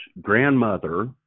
grandmother